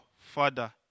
Father